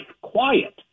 quiet